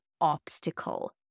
obstacle